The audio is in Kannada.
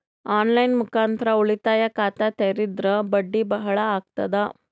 ಆನ್ ಲೈನ್ ಮುಖಾಂತರ ಉಳಿತಾಯ ಖಾತ ತೇರಿದ್ರ ಬಡ್ಡಿ ಬಹಳ ಅಗತದ?